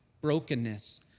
brokenness